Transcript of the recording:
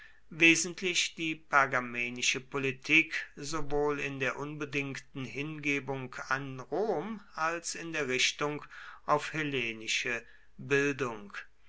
wesentlich die pergamenische politik sowohl in der unbedingten hingebung an rom als in der richtung auf hellenische bildung